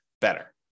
better